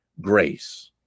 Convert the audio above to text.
grace